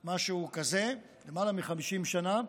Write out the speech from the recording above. או משהו כזה, לפני למעלה מ-50 שנה.